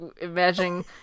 imagine